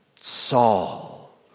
Saul